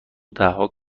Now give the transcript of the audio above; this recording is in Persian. دهها